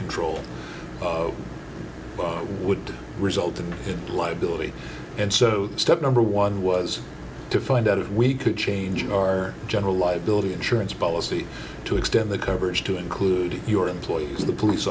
control it would result in liability and so step number one was to find out if we could ange our general liability insurance policy to extend the coverage to include your employees the police